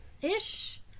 ish